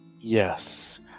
yes